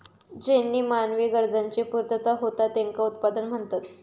ज्येनीं मानवी गरजांची पूर्तता होता त्येंका उत्पादन म्हणतत